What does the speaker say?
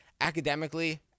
Academically